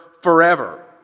forever